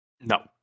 No